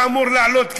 שאמור לעלות כאן,